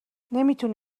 نمیتونی